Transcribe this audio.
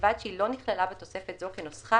ובלבד שהיא לא נכללה בתוספת זו כנוסחה